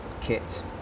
kit